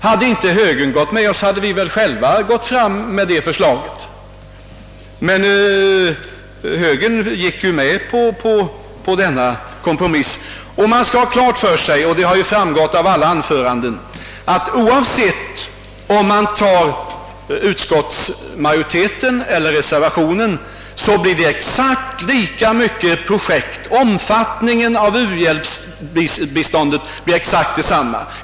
Hade högern inte gått med oss, hade vi väl själva fört fram det förslaget. Vi skall ha klart för oss, något som framgått av alla anföranden, att oavsett om vi följer utskottsmajoriteten eller reservationen, så blir omfattningen av u-landsbiståndet exakt detsamma.